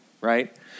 right